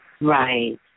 Right